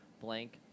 blank